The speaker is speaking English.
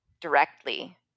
directly